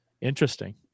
interesting